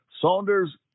Saunders